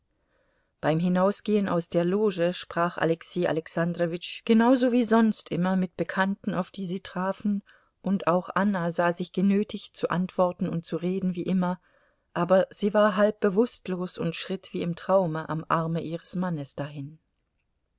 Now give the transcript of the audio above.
beim hinausgehen aus der loge sprach alexei alexandrowitsch genauso wie sonst immer mit bekannten auf die sie trafen und auch anna sah sich genötigt zu antworten und zu reden wie immer aber sie war halb bewußtlos und schritt wie im traume am arme ihres mannes dahin